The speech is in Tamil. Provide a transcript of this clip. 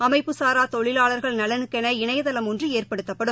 அமைப்புசாரா தொழிலாளா்கள் நலனுக்கென இணையதளம் ஒன்று ஏற்படுத்தப்படும்